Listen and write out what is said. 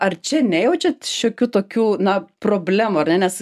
ar čia nejaučiat šiokių tokių na problemų ar ne nes